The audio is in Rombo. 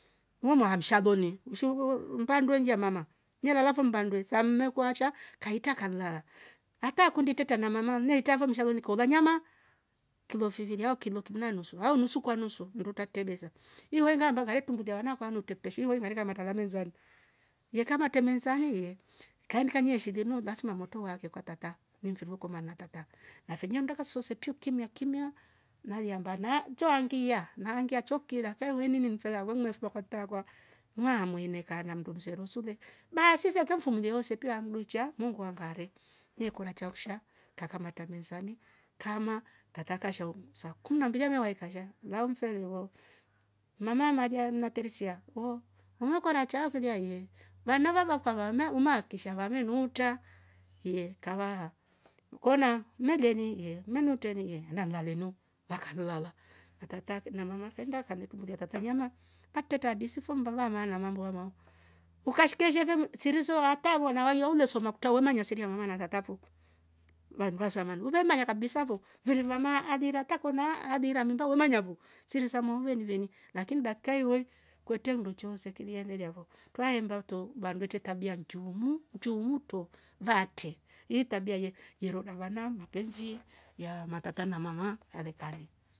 Namuaha mshalole mshovo umpandwe njia mama nialala fo mpandwe saa mmekwacha kaita kanla ata kundi teta na mama ngaitavo mshalonikola nyama kilo vifilia au kilo kil n nusu au nusu kwa nusu ndutakte besa iwenga ndo karektumbulia anakwanuktete shingoi nkarika matalamwezani. yekamate mezani ye kanikanyieshele linwa lazima moto uwake kwa tata ni mfiru uvokoma na tata na finyia ndoka sosepwi kimyakimya nauyamba na choangiaa nawangia chokila kauweni ni mfela weuma fdukua kwatakwa na mwene kana mndo mzorosole basi sisia ukia mfumlie hosepia mducha munguare niko na cha kusha kakamata mezani kama tataka shoo saa kumi na mbili anawaika shaa na mfeleivo mama amaja mnakteresia vo umokora cha vulia ye vanava vakwava na uma kishavemenuta iye kawaha kona mejeni ye menutumeni yee namlalenu vakanulala atatak na mama kaenda kane tutumbulia tata nyma akteta diso fo mbava amaana mambuangwa ukashkeshevo sirizo hata wanawaieuyo soma kuta wamanyasilia mama na ngatatu wamndua samani vuvemanya kabisa vo virimwa adira takoma adira mimba wamenyavo siriza muweniveni lakini daka iyoi kwete mnduchuze sekelia ngilia vo twaemboto barndute tabia nchuumu nchumuto vaate hi tabia ye- yerona wana mapenzi ya matata na mama avekane